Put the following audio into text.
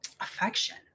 affection